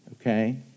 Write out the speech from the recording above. Okay